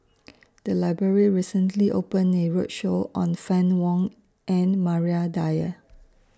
The Library recently open A roadshow on Fann Wong and Maria Dyer